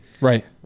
Right